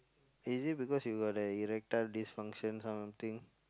is it because you got the erectile dysfunction kind of thing